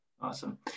Awesome